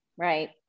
right